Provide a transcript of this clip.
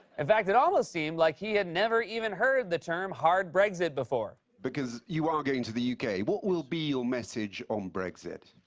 in fact, it almost seemed like he had never even heard the term hard brexit before. because you are going to the u k, what will be your message on brexit?